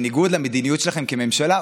בניגוד למדיניות שלכם כממשלה,